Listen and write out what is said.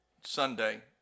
Sunday